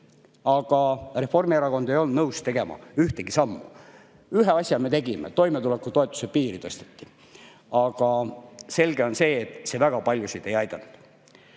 Aga Reformierakond ei olnud nõus tegema ühtegi sammu. Ühe asja me siiski tegime: toimetulekutoetuse piiri tõsteti. Aga selge on see, et see väga paljusid ei aidanud.